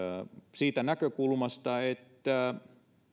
siitä näkökulmasta että